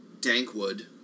Dankwood